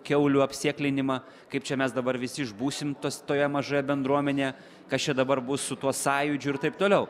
kiaulių apsėklinimą kaip čia mes dabar visi išbūsim tas toje mažoje bendruomenėje kas čia dabar bus su tuo sąjūdžiu ir taip toliau